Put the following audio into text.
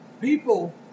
people